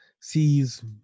sees